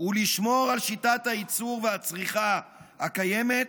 הוא לשמור על שיטת הייצור והצריכה הקיימת,